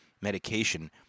medication